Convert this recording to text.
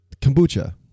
kombucha